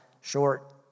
short